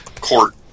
court